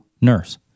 nurse